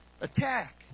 attack